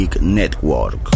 NETWORK